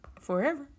forever